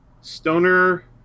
stoner